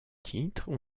titres